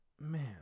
man